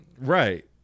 Right